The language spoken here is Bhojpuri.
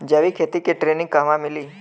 जैविक खेती के ट्रेनिग कहवा मिली?